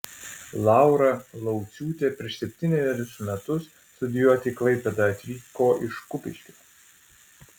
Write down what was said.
laura lauciūtė prieš septynerius metus studijuoti į klaipėdą atvyko iš kupiškio